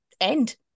end